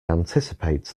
anticipate